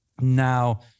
Now